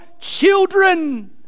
children